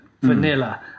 vanilla